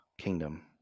kingdom